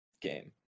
game